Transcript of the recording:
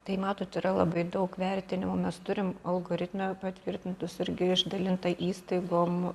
tai matot yra labai daug vertinimų mes turim algoritme patvirtintus irgi išdalinta įstaigom